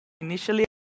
Initially